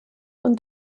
und